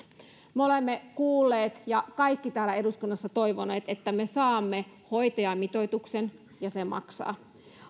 me olemme kuulleet ja kaikki täällä eduskunnassa ovat toivoneet että me saamme hoitajamitoituksen ja se maksaa